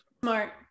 Smart